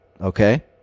okay